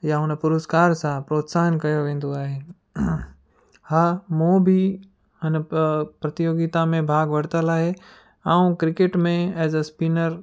या हुन पुरुस्कार सां प्रोत्साहन कयो वेंदो आहे हा मूं बि हिन प्रतियोगिता में भाॻु वर्तल आहे आउं क्रिकेट में एज़ अ स्पिनर